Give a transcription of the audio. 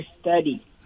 study